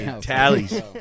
Tallies